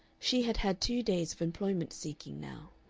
she had had two days of employment-seeking now.